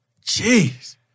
Jeez